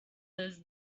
does